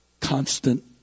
constant